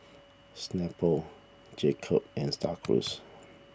Snapple Jacob's and Star Cruise